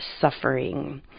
suffering